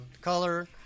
color